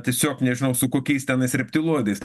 tiesiog nežinau su kokiais tenais reptiloidais